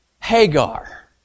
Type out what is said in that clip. Hagar